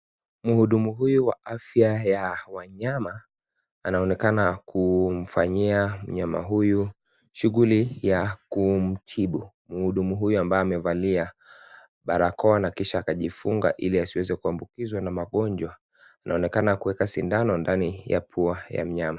Mhudumu huyu wa afya ya wanyama anaonekana kumfanyia mnyama huyu shughuli ya kumtibu. Mhudumu huyu ambaye amevalia barakoa na kisha akajifunga ili asiweze kuambukizwa na magonjwa anaonekana kuweka sindano ndani ya pua ya mnyama.